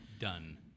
Done